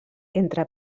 entre